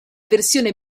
versione